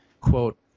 Quote